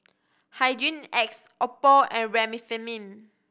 Hygin X Oppo and Remifemin